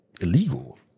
illegal